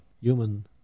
human